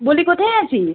বলি কোথায় আছিস